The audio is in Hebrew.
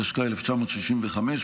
התשכ"א 1965,